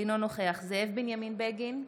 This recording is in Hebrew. אינו נוכח זאב בנימין בגין,